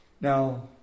Now